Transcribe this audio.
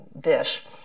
Dish